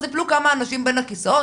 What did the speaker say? אז יפלו כמה אנשים בין הכיסאות.